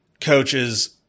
coaches